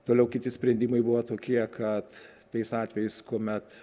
toliau kiti sprendimai buvo tokie kad tais atvejais kuomet